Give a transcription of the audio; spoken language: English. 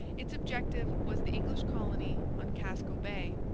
its objective was the english colony on casco bay,